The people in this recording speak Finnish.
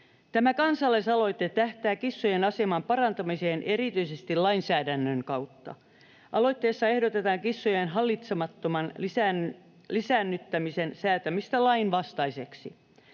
Tämä kansalaisaloite tähtää kissojen aseman parantamiseen erityisesti lainsäädännön kautta. Aloitteessa ehdotetaan kissojen hallitsemattoman lisäännyttämisen säätämistä lainvastaiseksi.